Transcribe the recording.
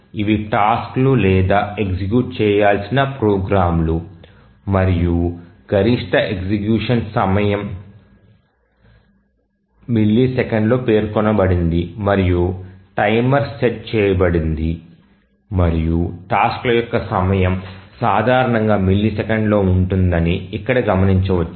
ఇవి టాస్క్లు లేదా ఎగ్జిక్యూట్ చేయాల్సిన ప్రోగ్రామ్లు మరియు గరిష్ట ఎగ్జిక్యూషన్ సమయం మిల్లీసెకన్లలో పేర్కొనబడింది మరియు టైమర్ సెట్ చేయబడింది మరియు టాస్క్ ల యొక్క సమయం సాధారణంగా మిల్లీసెకన్లలో ఉంటుందని ఇక్కడ గమనించవచ్చు